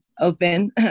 open